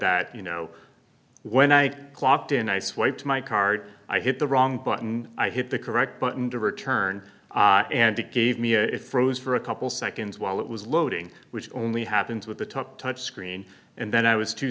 that you know when i clocked in i swiped my card i hit the wrong button i hit the correct button to return and it gave me a it froze for a couple seconds while it was loading which only happens with the top touch screen and then i was two